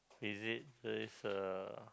is it this uh